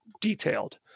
detailed